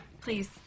please